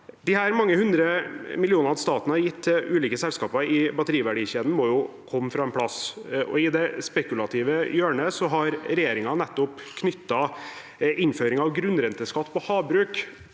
De mange hundre millionene staten har gitt til ulike selskaper i batteriverdikjeden, må jo komme fra en plass. I det spekulative hjørnet har regjeringen knyttet innføring av grunnrenteskatt på havbruk